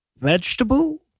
Vegetable